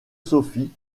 sophie